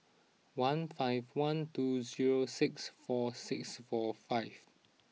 one five one two zero six four six four five